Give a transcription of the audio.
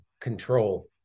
control